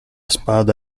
spada